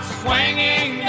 swinging